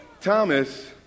Thomas